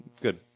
Good